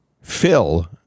Phil